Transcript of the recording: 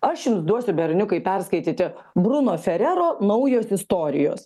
aš jums duosiu berniukai perskaityti bruno ferero naujos istorijos